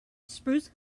spruce